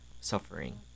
suffering